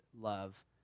love